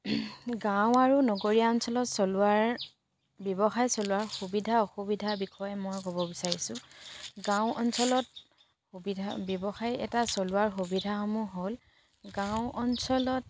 গাঁও আৰু নগৰীয়া অঞ্চলত চলোৱাৰ ব্যৱসায় চলোৱাৰ সুবিধা অসুবিধাৰ বিষয়ে মই ক'ব বিচাৰিছোঁ গাঁও অঞ্চলত সুবিধা ব্যৱসায় এটা চলোৱাৰ সুবিধাসমূহ হ'ল গাঁও অঞ্চলত